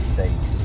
States